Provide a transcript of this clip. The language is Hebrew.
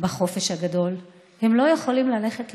בחופש הגדול, הם לא יכולים ללכת לים,